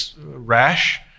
rash